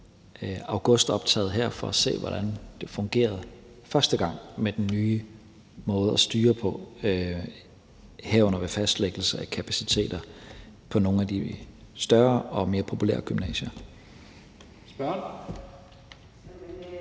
augustoptaget her for at se, hvordan det fungerede første gang med den nye måde at styre det på, herunder med fastlæggelse af kapaciteter på nogle af de større og mere populære gymnasier.